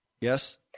Yes